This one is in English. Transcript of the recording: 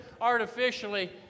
artificially